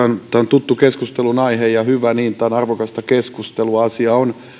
tuttu keskustelunaihe ja hyvä niin tämä on arvokasta keskustelua asia on